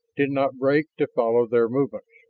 did not break to follow their movements.